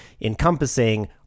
encompassing